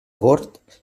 gord